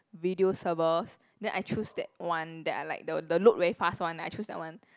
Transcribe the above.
video servers then I choose that one that I like the the load very fast one I choose that one